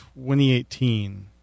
2018